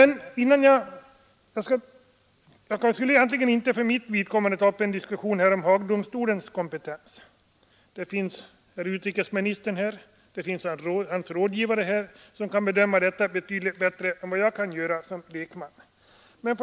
Jag vill egentligen inte ta upp en diskussion här om Haagdomstolens kompetens — här finns utrikesministern och hans rådgivare, som kan bedöma den frågan betydligt bättre än vad jag kan göra som lekman.